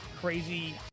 crazy